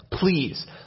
Please